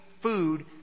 food